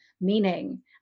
meaning